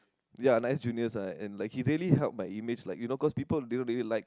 ya nice juniors lah and like he really help my image like you know cause people really really like